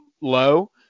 low